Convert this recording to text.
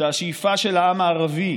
שהשאיפה של העם הערבי